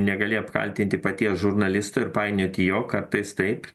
negali apkaltinti paties žurnalisto ir painioti jo kartais taip